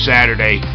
Saturday